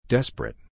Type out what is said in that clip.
Desperate